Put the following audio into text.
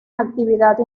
actividad